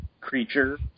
creature